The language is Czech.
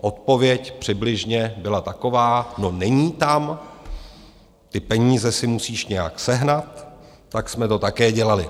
Odpověď přibližně byla taková: no, není tam, ty peníze si musíš nějak sehnat, tak jsme to také dělali.